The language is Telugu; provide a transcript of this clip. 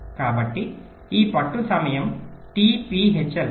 కాబట్టి ఈ పట్టు సమయం t p hl